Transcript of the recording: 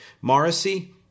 Morrissey